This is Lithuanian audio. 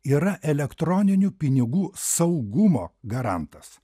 yra elektroninių pinigų saugumo garantas